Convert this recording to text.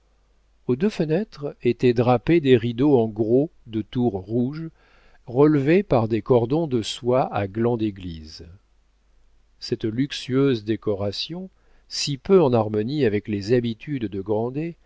aux deux fenêtres étaient drapés des rideaux en gros de tours rouge relevés par des cordons de soie à glands d'église cette luxueuse décoration si peu en harmonie avec les habitudes de